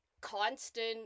constant